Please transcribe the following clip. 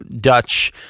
Dutch